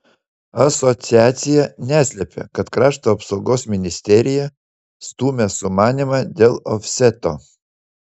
asociacija neslepia kad krašto apsaugos ministerija stumia sumanymą dėl ofseto